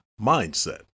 mindset